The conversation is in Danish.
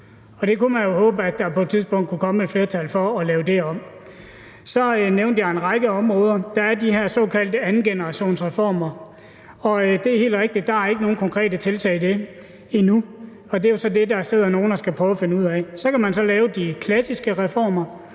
og vi kunne jo håbe, at der på et tidspunkt ville komme et flertal for at lave det om. Så nævnte jeg en række områder. Der er de her såkaldte andengenerationsreformer, og det er helt rigtigt, at der ikke er nogen konkrete tiltag i det, endnu, og det er så det, der sidder nogen og skal prøve at finde ud af. Så kan man så lave de klassiske reformer,